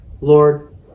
Lord